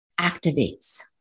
activates